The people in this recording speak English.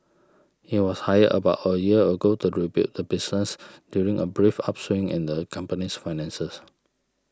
he was hired about a year ago to rebuild the business during a brief upswing in the company's finances